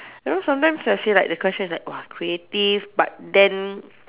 you know sometimes I feel like the question is like !wah! creative but then